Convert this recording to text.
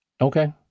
Okay